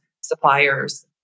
suppliers